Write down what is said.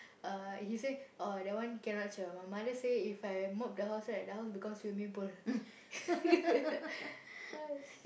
uh he say oh that one cannot cher my mother say if I mop the house right the house become swimming pool